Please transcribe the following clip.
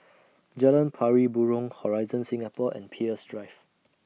Jalan Pari Burong Horizon Singapore and Peirce Drive